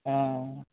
অঁ